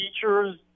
features